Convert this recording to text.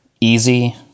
easy